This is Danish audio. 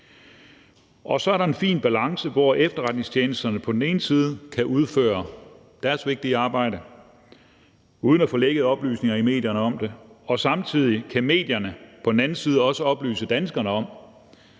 sag. Så er der en fin balance, hvor efterretningstjenesterne på den ene side kan udføre deres vigtige arbejde uden at få lækket oplysninger i medierne om det, og medierne på den anden side samtidig også kan oplyse danskerne om,